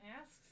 asks